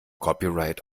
copyright